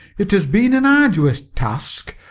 it has been an arduous task.